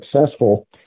successful